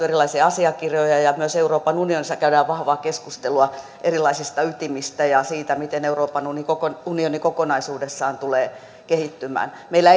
erilaisia asiakirjoja ja myös euroopan unionissa käydään vahvaa keskustelua erilaisista ytimistä ja siitä miten euroopan unioni kokonaisuudessaan tulee kehittymään meillä